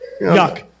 Yuck